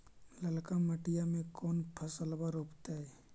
ललका मटीया मे कोन फलबा रोपयतय?